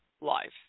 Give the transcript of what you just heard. life